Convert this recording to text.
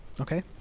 Okay